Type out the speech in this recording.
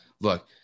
Look –